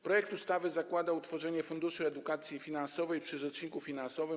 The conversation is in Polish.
Projekt ustawy zakłada utworzenie Funduszu Edukacji Finansowej przy rzeczniku finansowym.